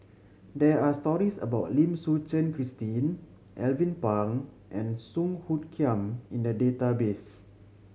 there are stories about Lim Suchen Christine Alvin Pang and Song Hoot Kiam in the database